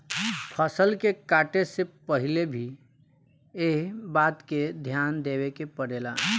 फसल के काटे से पहिले भी एह बात के ध्यान देवे के पड़ेला